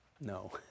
No